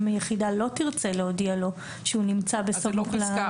דווקא יחידה לא תרצה להודיע לו שהוא נמצא בסמוך.